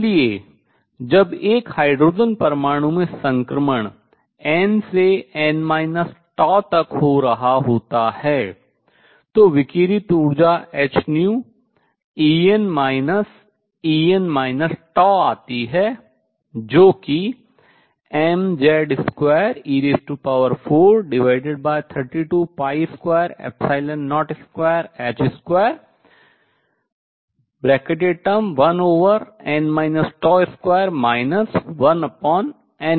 इसलिए जब एक हाइड्रोजन परमाणु में संक्रमण n से n τ तक हो रहा होता है तो विकिरित ऊर्जा h En En τ आती है जो कि mZ2e432202h21n τ2 1n2 होगी